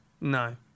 No